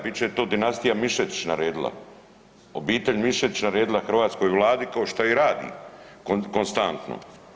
Bit će to dinastija Mišetić naredila, obitelj MIšetić naredila hrvatskoj Vladi kao šta i radi konstantno.